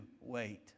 wait